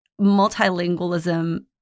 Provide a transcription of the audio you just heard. multilingualism